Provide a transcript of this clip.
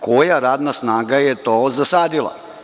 Koja radna snaga je to zasadila?